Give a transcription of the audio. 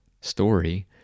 story